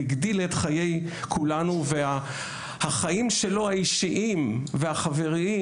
הגדיל את חיי כולנו והחיים שלו האישיים והחבריים